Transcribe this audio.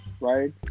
right